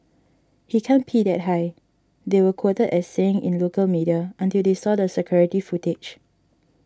he can't pee that high they were quoted as saying in local media until they saw the security footage